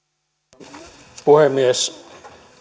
arvoisa puhemies